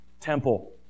temple